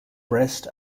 breast